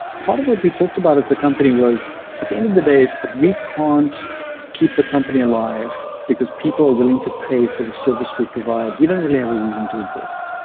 part of what we talked about at the company was at the end of the day, if we can't keep the company alive because people are willing to pay for the service we provide. we don't really have a reason to exist.